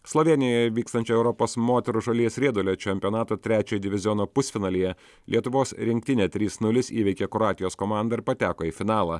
slovėnijoje vykstančio europos moterų žolės riedulio čempionato trečio diviziono pusfinalyje lietuvos rinktinė trys nulis įveikė kroatijos komandą ir pateko į finalą